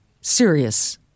serious